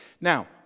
Now